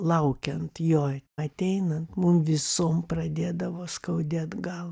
laukiant jo ateinant mum visom pradėdavo skaudėt galvą